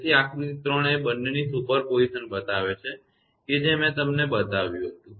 તેથી આકૃતિ 3 એ બંનેની સુપરપોઝિશન બતાવે છે કે જે મેં તમને બતાવ્યું હતું